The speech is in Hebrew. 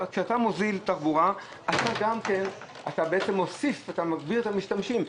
כשאתה מוזיל את התחבורה אתה בעצם מגביר את המשתמשים.